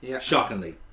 Shockingly